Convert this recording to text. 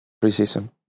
pre-season